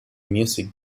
music